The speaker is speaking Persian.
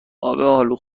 الو